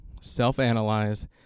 self-analyze